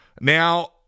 Now